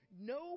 no